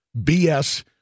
BS